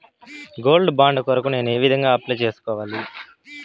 Gold bond కొరకు నేను ఏ విధంగా అప్లై సేసుకోవాలి?